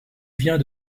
vient